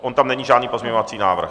On tam není žádný pozměňovací návrh?